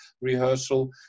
rehearsal